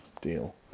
deal